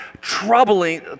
troubling